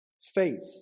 Faith